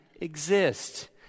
exist